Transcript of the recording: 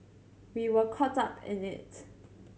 we were caught up in it